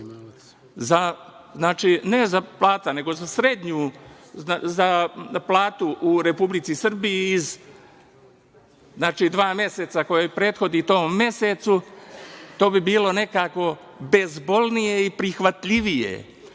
kada se uzima plata za srednju, za platu u Republici Srbiji, dva meseca koje prethode tom mesecu, to bi bilo nekako bezbolnije i prihvatljivije.